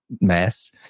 mess